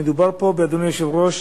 מדובר פה, אדוני היושב-ראש,